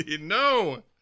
No